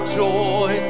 joy